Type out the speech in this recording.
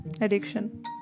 addiction